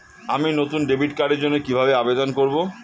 আমি নতুন ডেবিট কার্ডের জন্য কিভাবে আবেদন করব?